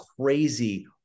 crazy